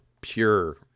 pure